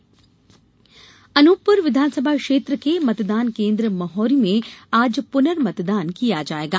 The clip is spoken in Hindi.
पुर्नमतदान अनूपपुर विधानसभा क्षेत्र के मतदान केन्द्र मौहरी में आज पुनर्मतदान किया जायेगा